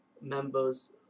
members